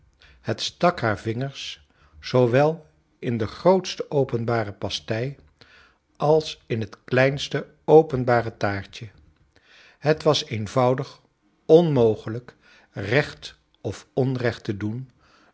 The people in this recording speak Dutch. het stak haar vingers zoowel in de grootste openbare pastei als in het kleinste openbare taartje het was eenvoudig onmogelijk recht of onrecht te doen